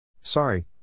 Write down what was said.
Sorry